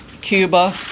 Cuba